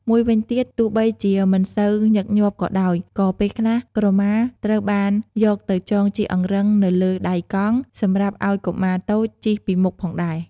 មួយវិញទៀត ទោះបីជាមិនសូវញឹកញាប់ក៏ដោយ ក៏ពេលខ្លះក្រមាត្រូវបានយកទៅចងជាអង្រឹងនៅលើដៃកង់ សម្រាប់ឱ្យកុមារតូចជិះពីមុខផងដែរ។